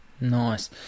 Nice